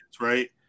right